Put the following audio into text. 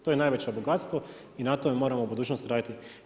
To je najveće bogatstvo i na tome moramo u budućnost raditi.